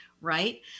right